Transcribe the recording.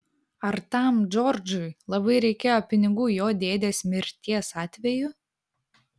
ar tam džordžui labai reikėjo pinigų jo dėdės mirties atveju